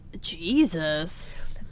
jesus